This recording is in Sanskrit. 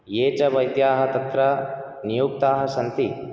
ये च वैद्याः तत्र नियुक्ताः सन्ति